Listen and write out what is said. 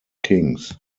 kings